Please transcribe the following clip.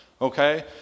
Okay